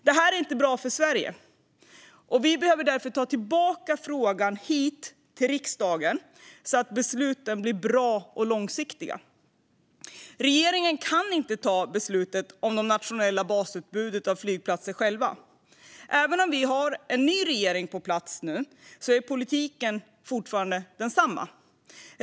Det här är inte bra för Sverige, och vi behöver därför ta tillbaka frågan till riksdagen så att besluten blir bra och långsiktiga. Regeringen kan inte själv ta beslutet om det nationella basutbudet av flygplatser, och även om vi nu har en ny regering på plats är politiken fortfarande densamma.